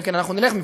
אלא אם כן נלך מפה,